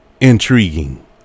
intriguing